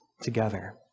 together